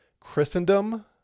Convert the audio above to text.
Christendom